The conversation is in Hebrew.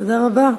תודה רבה.